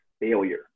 failure